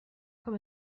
comme